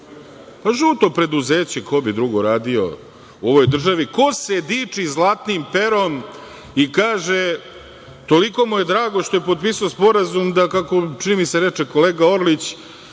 žuto preduzeće, ko bi drugi radio u ovoj državi. Ko se diči zlatnim perom i kaže da mu je toliko drago što je potpisao sporazum da kako, čini mi se, reče kolega Orlić